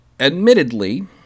Admittedly